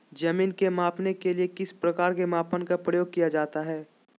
जमीन के मापने के लिए किस प्रकार के मापन का प्रयोग किया जाता है?